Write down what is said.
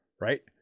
right